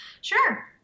Sure